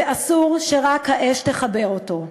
ואסור שרק האש תחבר אותו.